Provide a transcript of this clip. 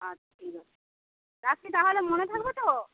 আচ্ছা ঠিক আছে রাখছি তাহলে মনে থাকবে তো